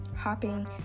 Hopping